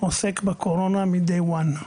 עוסק בקורונה מ-day 1,